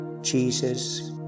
jesus